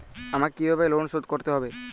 আমাকে কিভাবে লোন শোধ করতে হবে?